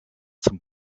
zum